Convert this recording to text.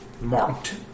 marked